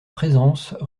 présence